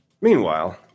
meanwhile